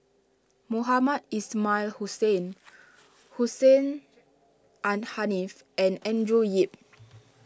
Mohamed Ismail Hussain Hussein N Haniff and Andrew Yip